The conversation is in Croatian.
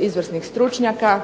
izvrsnih stručnjaka.